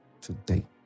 today